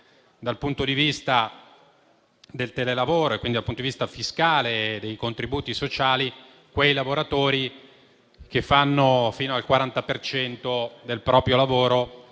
dal punto di vista del telelavoro e quindi dal punto di vista fiscale e dei contributi sociali, quei lavoratori che svolgono fino al 40 per cento del proprio lavoro